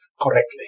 correctly